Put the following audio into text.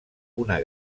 una